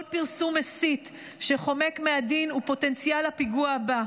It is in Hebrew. כל פרסום מסית שחומק מהדין הוא פוטנציאל לפיגוע הבא.